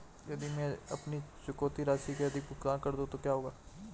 यदि मैं अपनी चुकौती राशि से अधिक भुगतान कर दूं तो क्या होगा?